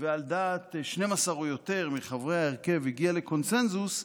ועל דעת 12 או יותר מחברי ההרכב יגיע לקונסנזוס,